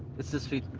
it's the street,